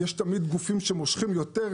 יש תמיד גופים שמושכים יותר,